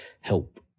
help